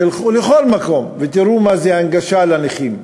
תלכו לכל מקום, ותראו מה זה הנגשה לנכים.